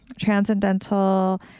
transcendental